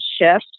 shift